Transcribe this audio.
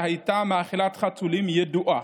שהייתה מאכילת חתולים ידועה".